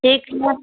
ठीकु आहे